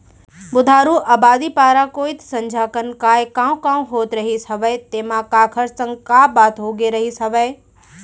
बुधारू अबादी पारा कोइत संझा कन काय कॉंव कॉंव होत रहिस हवय तेंमा काखर संग काय बात होगे रिहिस हवय?